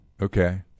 Okay